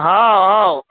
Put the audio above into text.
હા હા